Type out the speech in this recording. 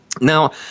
Now